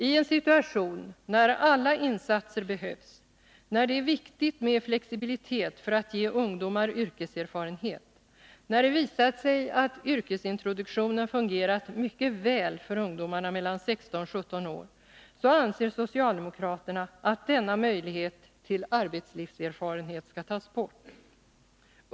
I en situation när alla insatser behövs, när det är viktigt med flexibilitet för att ge ungdomar yrkeserfarenhet, när det visat sig att yrkesintroduktionen fungerat mycket väl för ungdomarna mellan 16 och 17 år, anser socialdemokraterna att denna möjlighet till arbetslivserfarenhet skall tas bort.